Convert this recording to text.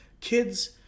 Kids